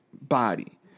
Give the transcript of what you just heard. body